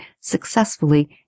successfully